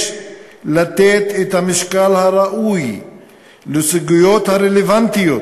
יש לתת את המשקל הראוי לסוגיות הרלוונטיות